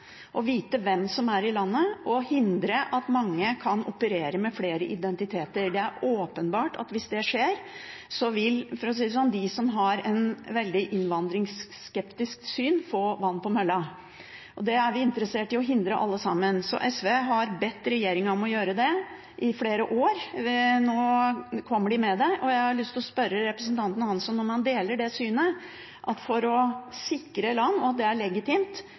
å vite hvem som er i landet, og hindre at mange kan operere med flere identiteter. Det er åpenbart at hvis det skjer, vil de som har et veldig innvandringsskeptisk syn, få vann på mølla. Det er vi alle interessert i å hindre, så SV har bedt regjeringen om å gjøre det i flere år. Nå kommer de med det, og jeg har lyst til å spørre representanten Hansson om han deler det synet at man for å sikre land – at det er legitimt